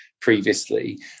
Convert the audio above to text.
previously